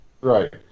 Right